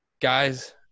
guys